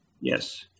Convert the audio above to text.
Yes